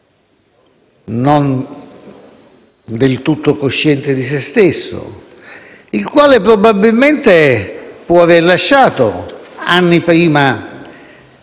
non del tutto cosciente di se stesso, che probabilmente può aver lasciato anni prima